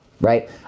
right